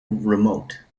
remote